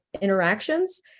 interactions